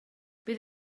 bydd